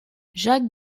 jacques